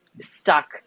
stuck